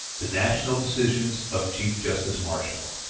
the national decisions of chief justice marshall